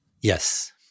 Yes